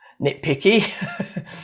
nitpicky